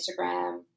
Instagram